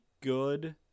good